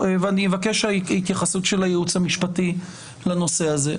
אבקש התייחסות של הייעוץ המשפטי לנושא הזה.